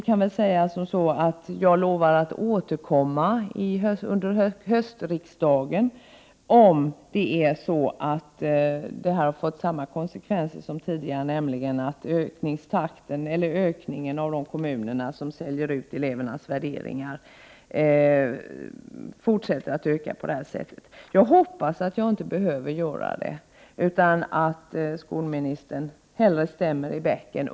Jag lovar att jag återkommer under höstriksdagen till frågan om man då kan konstatera samma konsekvenser, nämligen att antalet kommuner som säljer ut elevers värderingar fortsätter att öka. Jag hoppas emellertid att jag inte skall behöva återkomma till frågan utan att skolministern väljer att stämma i bäcken.